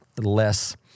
less